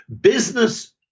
business